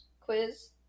quiz